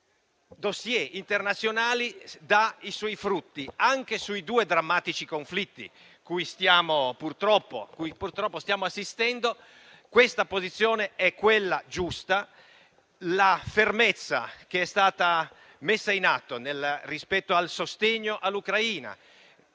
*dossier* internazionali dà i suoi frutti anche sui due drammatici conflitti cui stiamo purtroppo stiamo assistendo. Questa posizione è quella giusta. La fermezza che è stata messa in atto rispetto al sostegno all'Ucraina,